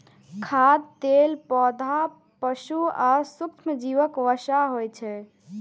खाद्य तेल पौधा, पशु आ सूक्ष्मजीवक वसा होइ छै